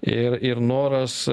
ir ir noras